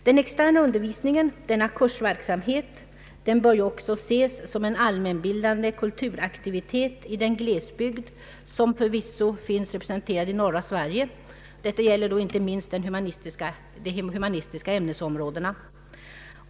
Den externa kursverksamheten bör också ses som en allmänbildande kulturaktivitet i den glesbygd som förvisso finns representerad i norra Sverige. Detta gäller då inte minst de humanistiska ämnesområdena. "